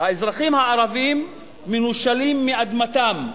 האזרחים הערבים מנושלים מאדמתם,